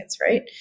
right